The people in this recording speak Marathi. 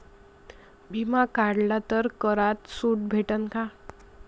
बिमा काढला तर करात सूट भेटन काय?